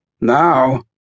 Now